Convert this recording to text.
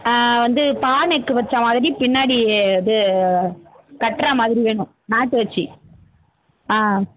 வந்து பா நெக்கு வெச்சா மாதிரி பின்னாடி இது கட்டுற மாதிரி வேணும் நாட் வச்சி ஆ